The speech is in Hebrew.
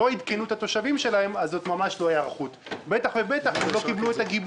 שלא יהיה מוקד הצלה אחד ומשם זה ינותב בדיוק